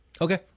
Okay